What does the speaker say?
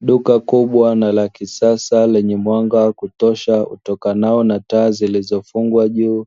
Duka kubwa na la kisasa lenye mwanga wa kutosha utokanao na taa zilizofungwa juu.